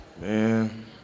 Man